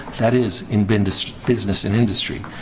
that is in business business and industry.